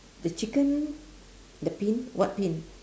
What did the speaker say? the chicken the pin what pin